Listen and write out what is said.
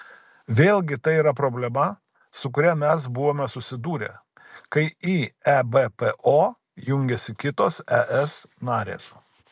vėlgi tai yra problema su kuria mes buvome susidūrę kai į ebpo jungėsi kitos es narės